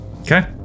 Okay